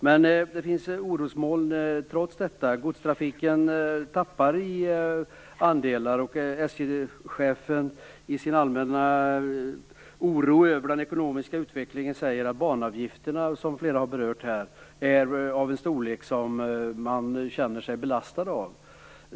Men trots detta finns det orosmoln. SJ:s godstrafik tappar andelar, och SJ-chefen säger i sin allmänna oro över den ekonomiska utvecklingen att banavgifterna, som flera har berört här, är av en storlek som man känner sig belastad av.